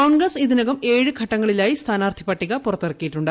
കോൺഗ്രസ്സ് ഇതിനകം ഏഴ് ഘട്ടങ്ങളിലായി സ്ഥാനാർത്ഥിപട്ടിക പുറത്തിറക്കിയിട്ടുണ്ട്